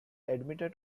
admitted